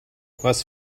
was